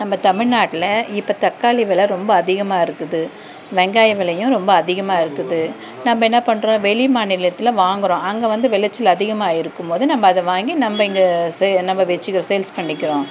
நம்ம தமிழ்நாட்டில் இப்போ தக்காளி வெலை ரொம்ப அதிகமாக இருக்குது வெங்காய வெலையும் ரொம்ப அதிகமாக இருக்குது நம்ம என்ன பண்றோம் வெளி மாநிலத்தில் வாங்குகிறோம் அங்கே வந்து விளைச்சல் அதிகமாக இருக்கும் போது நம்ப அதை வாங்கி நம்ப இங்கே சே நம்ப வச்சிக்கிற சேல்ஸ் பண்ணிக்கிறோம்